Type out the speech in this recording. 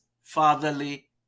fatherly